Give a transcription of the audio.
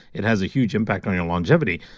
it has a huge impact on your longevity.